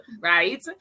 right